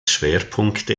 schwerpunkte